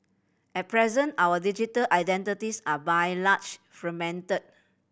at present our digital identities are by large fragmented